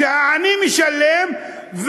שהעני משלם,